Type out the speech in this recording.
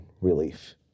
relief